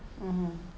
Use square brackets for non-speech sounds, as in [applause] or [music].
[noise]